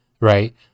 right